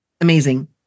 amazing